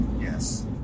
Yes